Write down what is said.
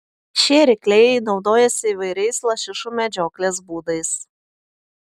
šie rykliai naudojasi įvairiais lašišų medžioklės būdais